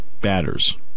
batters